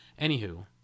Anywho